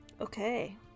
Okay